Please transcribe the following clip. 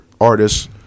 artists